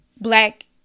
black